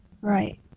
Right